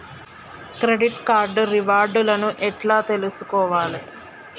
Credit card reward లను ఎట్ల తెలుసుకోవాలే?